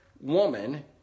woman